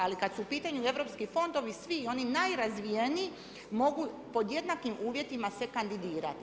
Ali kada su u pitanju europski fondovi svi i oni najrazvijeniji mogu pod jednakim uvjetima se kandidirati.